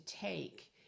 take